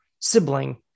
sibling